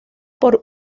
por